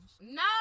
No